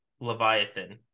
Leviathan